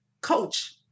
coach